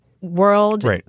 world